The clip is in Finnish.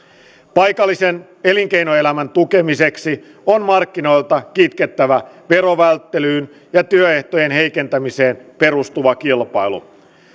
paikallisen elinkeinoelämän tukemiseksi on markkinoilta kitkettävä verovälttelyyn ja työehtojen heikentämiseen perustuva kilpailu